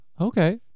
okay